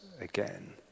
again